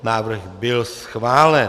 Návrh byl schválen.